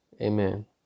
Amen